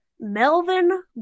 Melvin